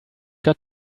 got